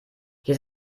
hier